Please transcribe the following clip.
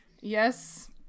Yes